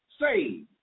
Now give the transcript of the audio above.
saved